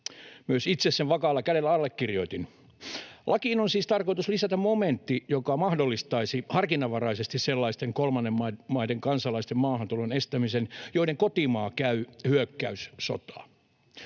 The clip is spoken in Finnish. Myös itse sen vakaalla kädellä allekirjoitin. Lakiin on siis tarkoitus lisätä momentti, joka mahdollistaisi harkinnanvaraisesti sellaisten kolmannen maiden kansalaisten maahantulon estämisen, joiden kotimaa käy hyökkäyssotaa.